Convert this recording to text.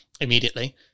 immediately